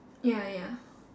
ya ya